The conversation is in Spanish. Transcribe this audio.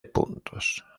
puntos